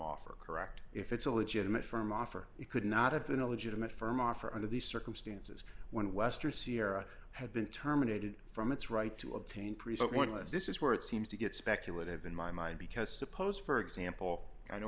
offer correct if it's a legitimate firm offer it could not have been a legitimate firm offer under these circumstances when wester sierra had been terminated from its right to obtain present one was this is where it seems to get speculative in my mind because suppose for example i know